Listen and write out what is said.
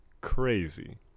crazy